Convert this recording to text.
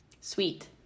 sweet